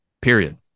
period